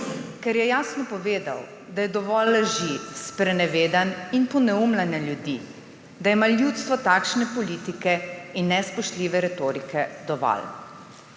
Ker je jasno povedal, da je dovolj laži, sprenevedanj in poneumljanja ljudi, da ima ljudstvo takšne politike in nespoštljive retorike dovolj.